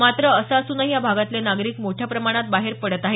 मात्र असं असूनही या भागातले नागरिक मोठ्या प्रमाणात बाहेर पडत आहेत